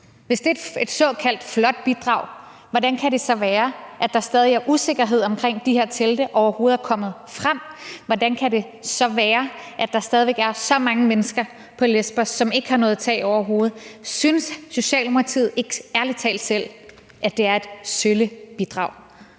Hvis det er et såkaldt flot bidrag, hvordan kan det så være, at der stadig er usikkerhed om, om de her telte overhovedet er kommet frem? Hvordan kan det så være, at der stadig væk er så mange mennesker på Lesbos, som ikke har noget tag over hovedet? Synes Socialdemokratiet ikke ærlig talt selv, at det er et sølle bidrag?